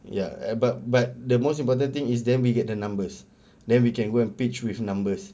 ya but but the most important thing is then we get the numbers then we can go and pitch with numbers